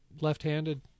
left-handed